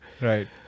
Right